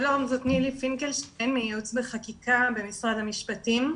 שלום, אני מייעוץ וחקיקה במשרד המשפטים.